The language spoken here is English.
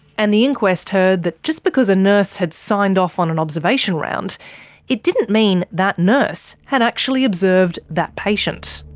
and the inquest heard just because a nurse had signed off on an observation round it didn't mean that nurse had actually observed that patient.